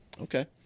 Okay